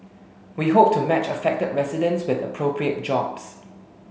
we hope to match affected residents with appropriate jobs